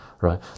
right